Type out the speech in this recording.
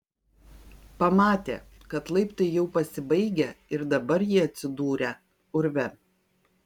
pamatė kad laiptai jau pasibaigę ir dabar jie atsidūrę urve